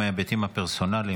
זה היה בפיו כל יום,